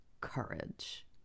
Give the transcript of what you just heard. courage